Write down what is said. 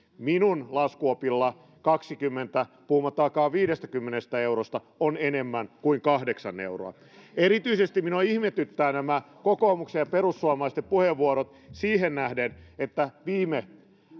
minun laskuopillani kaksikymmentä puhumattakaan viidestäkymmenestä eurosta on enemmän kuin kahdeksan euroa erityisesti minua ihmetyttävät nämä kokoomuksen ja perussuomalaisten puheenvuorot siihen nähden että viime